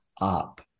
up